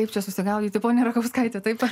kaip čia susigaudyti ponia rakauskaitė taip